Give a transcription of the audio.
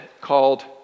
called